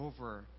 over